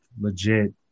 legit